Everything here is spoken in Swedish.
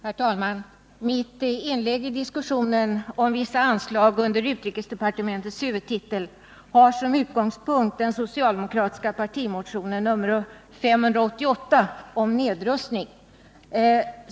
Herr talman! Mitt inlägg i debatten om vissa anslag under utrikesdepartementets huvudtitel har som utgångspunkt den socialdemokratiska partimotionen 588 om nedrustning.